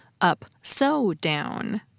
up-so-down